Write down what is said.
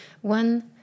one